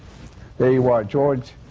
there you are, george,